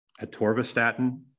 Atorvastatin